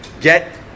get